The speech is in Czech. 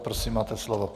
Prosím, máte slovo.